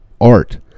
art